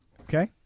Okay